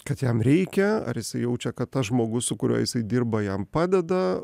kad jam reikia ar jisai jaučia kad tas žmogus su kuriuo jisai dirba jam padeda